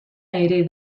ere